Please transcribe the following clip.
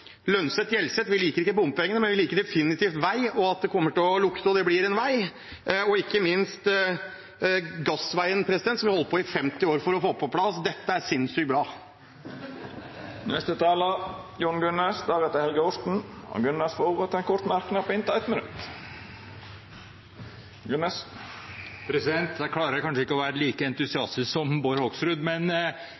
Vi liker ikke bompengene, men vi liker definitivt vei, og at det kommer til å lukte vei og bli en vei, og ikke minst «Gassveien», som vi har holdt på med i 50 år for å få på plass. Dette er sinnsykt bra! Representanten Jon Gunnes har hatt ordet to gonger tidlegare og får ordet til ein kort merknad, avgrensa til 1 minutt. Jeg klarer kanskje ikke å være like